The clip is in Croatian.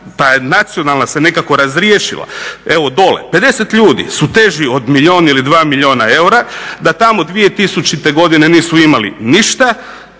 ta nacionalna se nekako razriješila, evo dole 50 ljudi su teži od milijun ili 2 milijuna eura da tamo 2000 godine nisu imali ništa